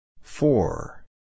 Four